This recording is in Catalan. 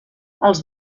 els